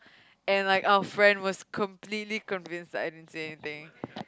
and like our friend was completely convinced that I didn't say anything